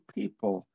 people